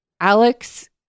Alex